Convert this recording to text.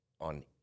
on